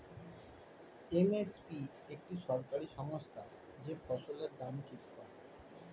M S P একটি সরকারি সংস্থা যে ফসলের দাম ঠিক করে